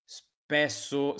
spesso